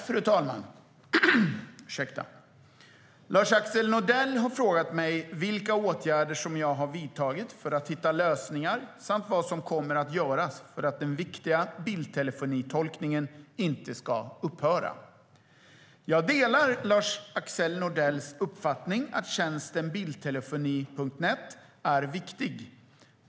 Fru talman! Lars-Axel Nordell har frågat mig vilka åtgärder som jag har vidtagit för att hitta lösningar samt vad som kommer att göras för att den viktiga bildtelefonitolkningen inte ska upphöra. Jag delar Lars-Axel Nordells uppfattning att tjänsten bildtelefoni.net är viktig.